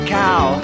cow